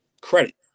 credit